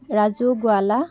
Raju Gowala